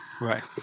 Right